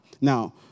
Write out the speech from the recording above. Now